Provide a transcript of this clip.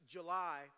July